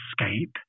escape